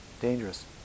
dangerous